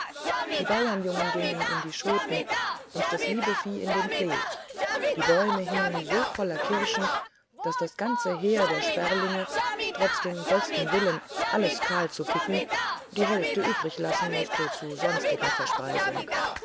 die bauerjungen gingen in die schoten und das liebe vieh in den klee die bäume hingen so voller kirschen daß das ganze heer der sperlinge trotz dem besten willen alles kahl zu picken die hälfte übriglassen mußte zu sonstiger verspeisung